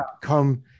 come